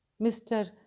Mr